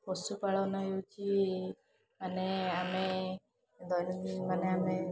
ପଶୁପାଳନ ହେଉଛି ମାନେ ଆମେ ଦୈନନ୍ଦିନ ମାନେ ଆମେ